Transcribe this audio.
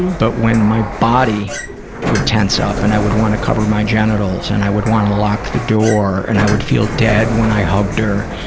but when my body would tense up and i would want to cover my genitals and i would want to lock the door and i would feel dead when i hugged her.